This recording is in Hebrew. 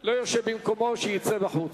שלא יושב במקומו, ש"יצא בחוץ".